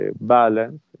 balance